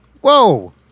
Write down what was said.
Whoa